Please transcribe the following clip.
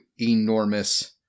enormous